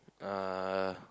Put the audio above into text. uh